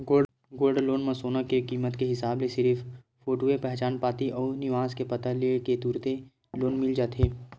gold loan म सोना के कीमत के हिसाब ले सिरिफ फोटूए पहचान पाती अउ निवास के पता ल ले के तुरते लोन मिल जाथे